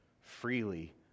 Freely